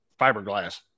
fiberglass